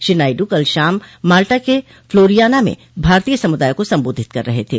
श्री नायडू कल शाम माल्टा के फ्लोरियाना में भारतीय समुदाय को संबोधित कर रहे थे